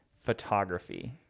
photography